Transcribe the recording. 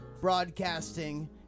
broadcasting